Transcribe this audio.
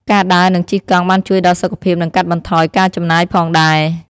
ការដើរនិងជិះកង់បានជួយដល់សុខភាពនិងកាត់បន្ថយការចំណាយផងដែរ។